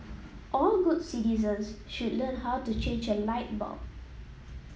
all good citizens should learn how to change a light bulb